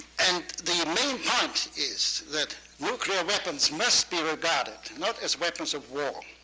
and their main point is that nuclear weapons must be regarded not as weapons of war,